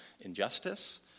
injustice